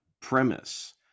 premise